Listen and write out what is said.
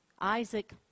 Isaac